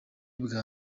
bwa